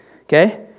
Okay